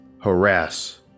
harass